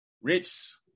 Rich